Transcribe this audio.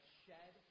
shed